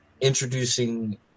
introducing